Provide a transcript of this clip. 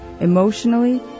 emotionally